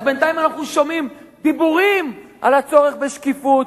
אז בינתיים אנחנו שומעים דיבורים על הצורך בשקיפות,